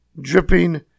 dripping